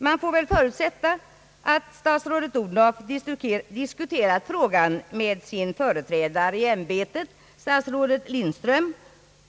Man får väl förutsätta att statsrådet Odhnoff diskuterat frågan med sin företrädare i ämbetet, f. d. statsrådet Lindström.